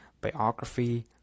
biography